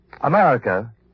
America